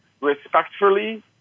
respectfully